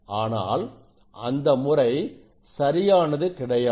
ஆனால் அந்த முறை சரியானது கிடையாது